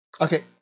Okay